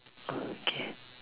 okay